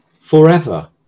forever